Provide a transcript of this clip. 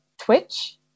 Twitch